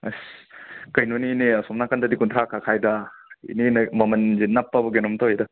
ꯑꯁ ꯀꯩꯅꯣꯅꯦ ꯏꯅꯦ ꯑꯁꯣꯝ ꯅꯥꯀꯟꯗꯗꯤ ꯀꯨꯟꯊ꯭ꯔꯥꯈꯛ ꯍꯥꯏꯗꯥ ꯏꯅꯦꯅ ꯃꯃꯟꯁꯦ ꯅꯞꯄꯕ ꯀꯩꯅꯣꯝ ꯇꯧꯏꯗ